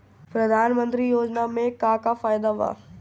प्रधानमंत्री योजना मे का का फायदा बा?